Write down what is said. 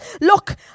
Look